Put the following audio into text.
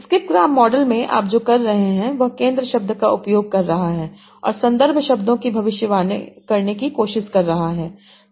skip gram model में आप जो कर रहे हैं वह केंद्र शब्द का उपयोग कर रहा है और संदर्भ शब्दों की भविष्यवाणी करने की कोशिश कर रहा है